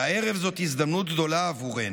והערב זאת הזדמנות גדולה עבורנו,